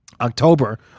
October